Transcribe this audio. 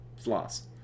floss